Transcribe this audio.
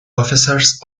officers